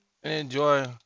Enjoy